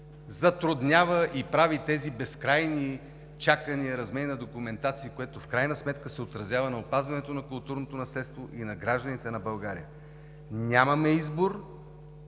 затруднява и прави тези безкрайни чакания, размяна на документации, което в крайна сметка се отразява на опазването на културното наследство и на гражданите на България. Нямаме избор,